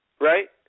right